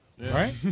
Right